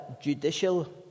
judicial